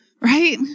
right